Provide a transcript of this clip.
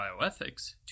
Bioethics